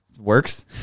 works